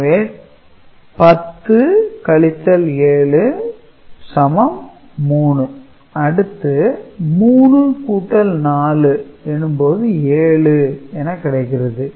எனவே 10 - 7 3 அடுத்து 3 கூட்டல் 4 எனும்போது 7 என கிடைக்கிறது